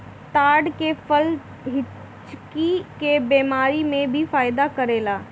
ताड़ के फल हिचकी के बेमारी में भी फायदा करेला